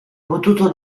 potuto